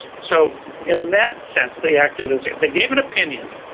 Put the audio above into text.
so in that sense, they acted as, they gave an opinion,